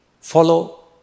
follow